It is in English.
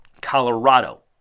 Colorado